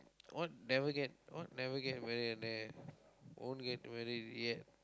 what never get what never get married annan won't get married yet